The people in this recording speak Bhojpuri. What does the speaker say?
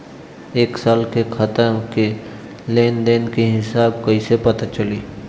एक साल के खाता के लेन देन के हिसाब कइसे पता चली?